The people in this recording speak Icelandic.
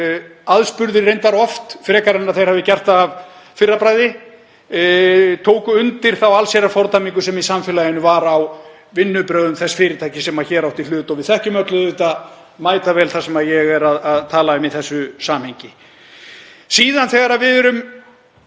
aðspurðir reyndar oft frekar en að þeir hafi gert það af fyrra bragði, tóku undir þá allsherjarfordæmingu sem í samfélaginu var á vinnubrögðum þess fyrirtækis sem hér átti í hlut og við þekkjum öll mætavel og ég er að tala um í þessu samhengi. Síðan þegar við erum